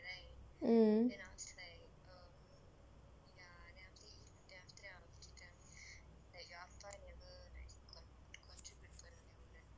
mm